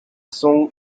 song